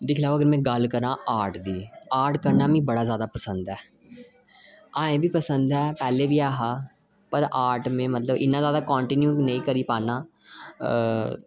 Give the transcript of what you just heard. दिक्खी लैओ अगर में गल्ल करां आर्ट दी आर्ट करना मिगी बड़ा जादा पसंद ऐ अजै बी पसंद ऐ ते पैह्लें बी पसंद हा पर आर्ट में इन्ना कंटीन्यू नेईं करी पाना